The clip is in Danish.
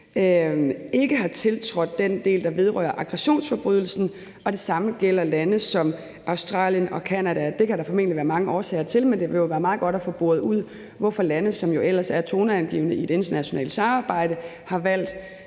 ikke har tiltrådt den del, der vedrører aggressionsforbrydelsen. Det samme gælder lande som Australien og Canada. Det kan der formentlig være mange årsager til, men det ville jo være meget godt at få boret ud, hvorfor lande, som jo ellers er toneangivende i det internationale samarbejde, har valgt